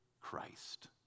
Christ